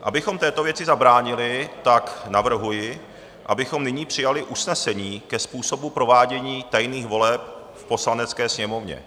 Abychom této věci zabránili, navrhuji, abychom nyní přijali usnesení ke způsobu provádění tajných voleb v Poslanecké sněmovně.